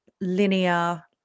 linear